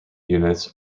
units